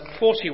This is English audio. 41